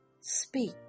speak